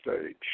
stage